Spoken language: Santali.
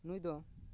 ᱱᱩᱭ ᱫᱚ